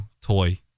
toy